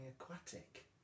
aquatic